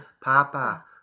papa